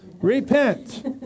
Repent